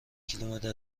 کیلومتر